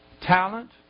talent